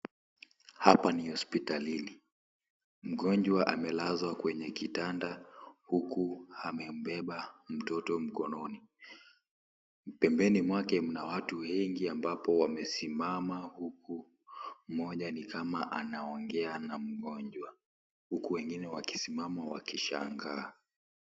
Hapa ni hospitalini, mgonjwa amelazwa kwenye kitanda huku amembeba mtoto mkononi. Pembeni mwake mna watu wengi ambapo wamesimama huku mmoja ni kama anaongea na mgonjwa. Huku wengine wakisimama wakishangaa.